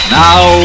now